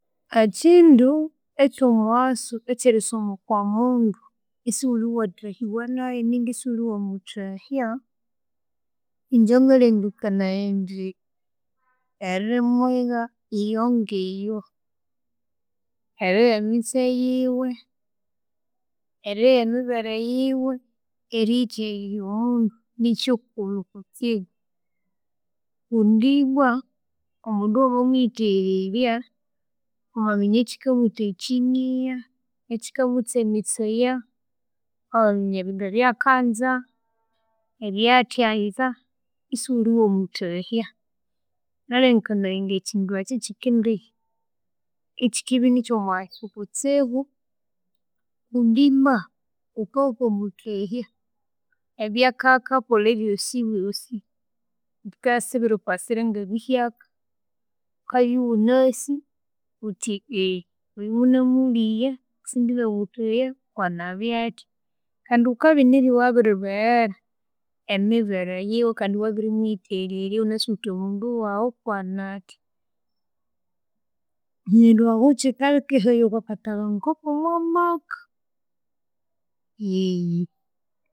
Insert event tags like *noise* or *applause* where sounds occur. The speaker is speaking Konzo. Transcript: Ekyindu ekyomughaso ekyerisoha okomundu isiwuliwathahibya nayu ninga isiwuliwamuthahya, ingye ngalengekanaya indi erimwigha iyongiyo. Erigha emitse yiwe, erigha emibere yiwe, eriyitheghererya omundu nikyikulhu kutsibu. Kundi ibwa omundu wamamuyitheghererya, wamaminya ekyika mwitha ekyinigha, ekyikamutsemesaya, *hesitation* eriminya ebyakanza, ebyathyanza, isiwuliwamuthahya. Ngalengekanaya indi ekyindu ekyu kyikindi, ikyikindibya nikyomughaso kutsibu kundi ibwa wukawuka muthahya ebyakakakolha ebyosobyosi bika sibirikwasira ngebihyaka. Wuka wunasi uthi eghe munamuligha isindinamuthahya kwanabya athya. Kandi wukabya nibya iwabiri beghera emubere yiwe kandi iwabirimuyitheghererya wunasi wuthi omundu wawu kwanathya. Neryu ahu kyikakehaya okwakathabanguku komwamaka eghe.